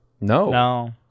no